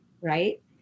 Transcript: right